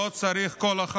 לא צריך את כל החלוקות.